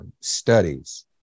studies